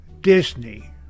Disney